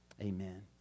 Amen